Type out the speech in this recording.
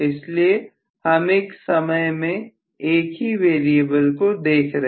इसलिए हम एक समय में एक ही वेरिएबल को देख रहे हैं